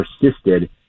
persisted